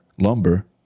lumber